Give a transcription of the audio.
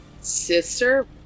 Sister